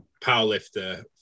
powerlifter